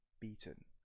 beaten